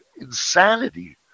insanity